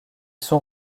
sont